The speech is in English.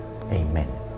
Amen